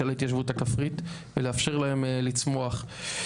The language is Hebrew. על ההתיישבות הכפרית ולאפשר להם לצמוח.